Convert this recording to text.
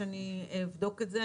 שאני אבדוק את זה,